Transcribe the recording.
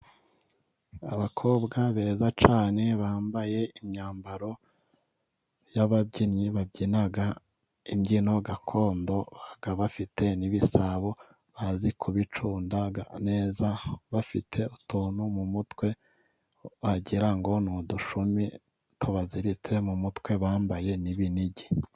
Abakobwa beza cyane, bambaye imyambaro y’ababyinnyi, babyina imbyino gakondo. Bakaba bafite n’ibisabo, bazi kubicunda neza. Bafite utuntu mu mutwe, wagira ngo ni udushumi tubaziritse mu mutwe. Bambaye n’ibinigi.